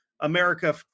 America